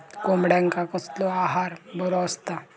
कोंबड्यांका कसलो आहार बरो असता?